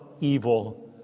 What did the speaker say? evil